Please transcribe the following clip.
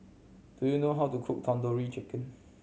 do you know how to cook Tandoori Chicken